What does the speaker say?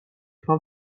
خوام